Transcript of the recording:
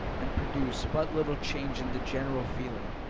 and produced but little change in the general feeling,